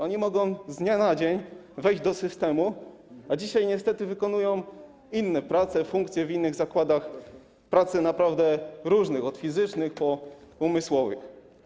Oni mogą z dnia na dzień wejść do systemu, a dzisiaj niestety wykonują inne prace, funkcje w innych zakładach pracy, naprawdę różne, od prac fizycznych po umysłowe.